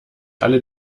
alle